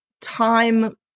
time